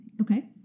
Okay